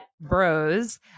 bros